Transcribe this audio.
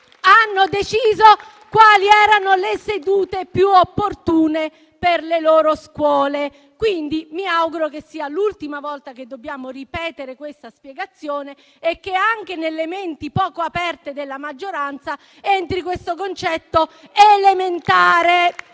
hanno deciso quali erano quelle più opportune per le loro scuole. Mi auguro quindi che sia l'ultima volta che dobbiamo ripetere questa spiegazione e che anche nelle menti poco aperte della maggioranza entri questo concetto elementare.